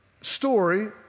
story